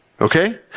Okay